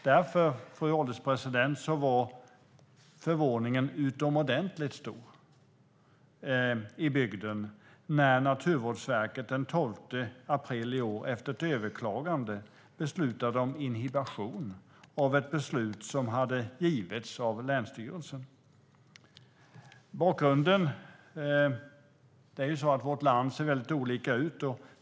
Därför var förvåningen utomordentligt stor i bygden när Naturvårdsverket den 12 april i år, efter ett överklagande, beslutade om inhibition av ett beslut som hade getts av länsstyrelsen. Vårt land ser ut på många olika sätt.